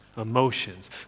emotions